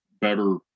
better